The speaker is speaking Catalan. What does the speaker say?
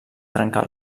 trencar